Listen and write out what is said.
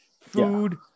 food